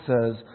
says